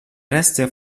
reste